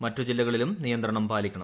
മറ്റു ജില്ലകളിലും നിയന്ത്രണം പാലിക്കണം